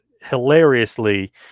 hilariously